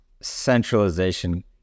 centralization